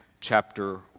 Chapter